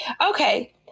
Okay